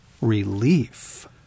relief